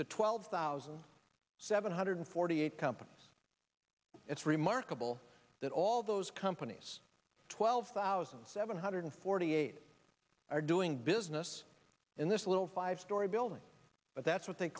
to twelve thousand seven hundred forty eight company it's remarkable that all those companies twelve thousand seven hundred forty eight are doing business in this little five story building but that's what they